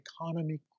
economy